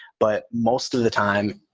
but most of the time,